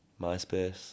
MySpace